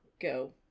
go